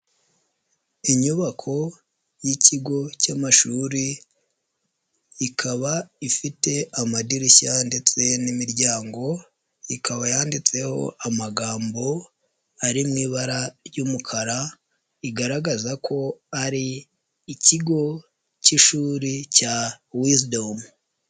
Inyubako y'ikigo cy'amashuri, ikaba ifite amadirishya ndetse n'imiryango, ikaba yanditseho amagambo ari mu ibara ry'umukara, igaragaza ko ari ikigo cy'ishuri cya Wisdom.